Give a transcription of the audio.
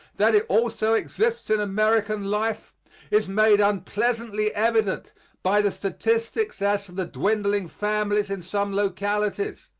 that it also exists in american life is made unpleasantly evident by the statistics as to the dwindling families in some localities.